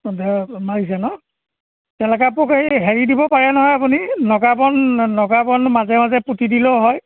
মাৰিছে ন তেনেকুৱা পোক এই হেৰি দিব পাৰে নহয় আপুনি নগাবন নগাবন মাজে মাজে পুতি দিলেও হয়